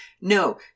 No